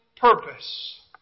purpose